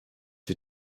wir